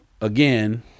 again